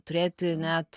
turėti net